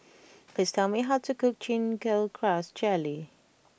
please tell me how to cook Chin Chow Grass Jelly